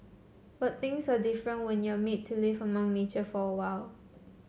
but things are different when you're made to live among nature for awhile